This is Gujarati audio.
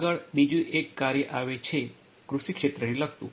આગળ બીજું એક કાર્ય આવે છે કૃષિ ક્ષેત્ર ને લગતું છે